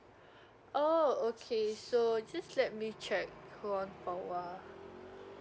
oh okay so just let me check hold on for a while